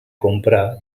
comprar